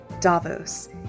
Davos